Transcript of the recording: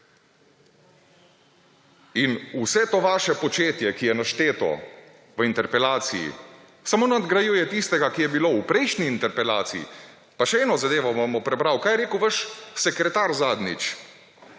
In vse to vaše početje, ki je našteto v interpelaciji, samo nadgrajuje tistega, ki je bilo v prejšnji interpelaciji. Pa še eno zadevo vam bom prebral. Kaj je rekel vaš sekretar zadnjič,